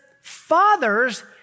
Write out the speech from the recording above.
fathers